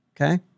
okay